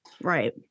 Right